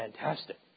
fantastic